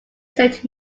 saved